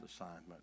assignment